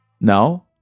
now